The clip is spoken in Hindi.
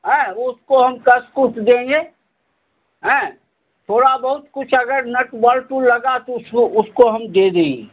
हैं उसको हम कस कुस देंगे हैं थोड़ा बहुत कुछ अगर नट बोल्टू लगा तो उस उसको हम दे देंगे